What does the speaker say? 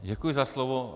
Děkuji za slovo.